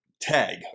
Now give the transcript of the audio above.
tag